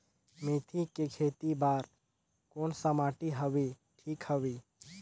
मेथी के खेती बार कोन सा माटी हवे ठीक हवे?